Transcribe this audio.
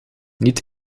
niet